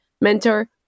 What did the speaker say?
mentor